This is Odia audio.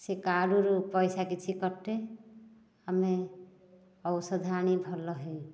ସେ କାର୍ଡ଼ରୁ ପଇସା କିଛି କଟେ ଆମେ ଔଷଧ ଆଣି ଭଲ ହେଉ